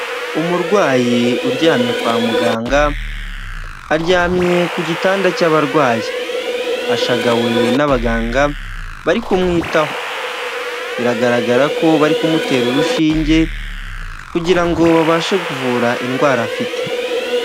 Umurwayi uryamye kwa muganga aryamye ku gitanda cy'abarwayi ashagawe n'abaganga bari kumwitaho biragaragara ko bari kumutera urushinge kugira ngo babashe kuvura indwara afite.